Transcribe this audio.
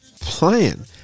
plan